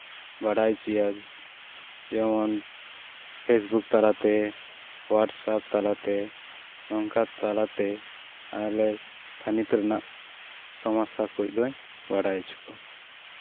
ᱵᱟᱲᱟᱭ ᱦᱚᱪᱚᱭᱮᱭᱟ ᱡᱮᱢᱚᱱ ᱯᱷᱮᱥᱵᱩᱠ ᱛᱟᱞᱟᱛᱮ ᱦᱳᱟᱴᱥᱮᱯ ᱛᱟᱞᱟᱛᱮ ᱱᱚᱝᱠᱟ ᱛᱟᱞᱟᱛᱮ ᱟᱞᱮ ᱛᱷᱟᱹᱱᱤᱛ ᱨᱮᱭᱟᱜ ᱥᱚᱢᱚᱥᱥᱟ ᱠᱚᱫᱚᱧ ᱵᱟᱲᱟᱭ ᱦᱚᱪᱚ ᱠᱚᱣᱟ